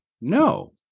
No